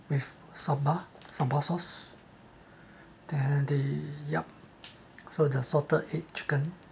with sambal sambal sauce then the yup so the salted egg chicken